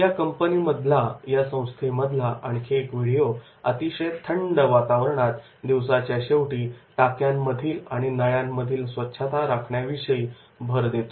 या कंपनीमधला आणखी एक व्हिडिओ अतिशय थंड वातावरणात दिवसाच्या शेवटी टाक्यांमधील आणि नळ्यांमधील स्वच्छता राखण्याविषयी भर देतो